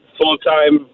full-time